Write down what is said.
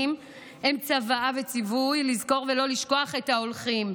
הם צוואה וציווי לזכור ולא לשכוח את ההולכים.